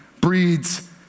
breeds